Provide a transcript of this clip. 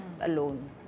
alone